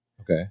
Okay